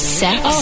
sex